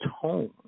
tone